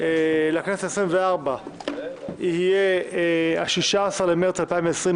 לכנסת העשרים וארבע יהיה ה-16 במרץ 2021,